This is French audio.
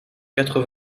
quatre